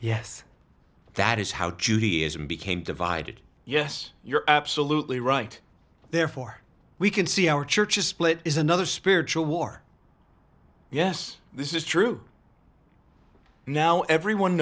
yes that is how judaism became divided yes you're absolutely right therefore we can see our churches split is another spiritual war yes this is true now everyone